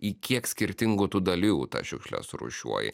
į kiek skirtingų tų dalių tas šiukšles surūšiuoji